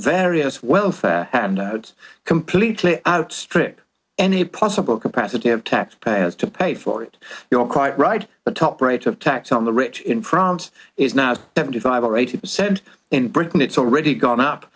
various welfare handouts completely out trick any possible capacity of taxpayers to pay for it you're quite right but top rate of tax on the rich in france is now seventy five or eighty percent in britain it's already gone up